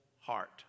heart